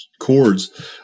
chords